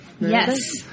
Yes